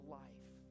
life